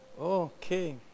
Okay